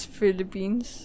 Philippines